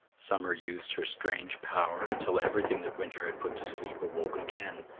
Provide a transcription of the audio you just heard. summer used her strange power until everything that winter had put to sleep awoke again.